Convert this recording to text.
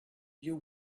you